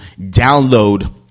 download